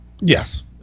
Yes